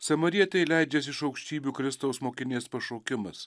samarietei leidžiasi iš aukštybių kristaus mokinės pašaukimas